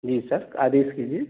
जी sir आदेश कीजिए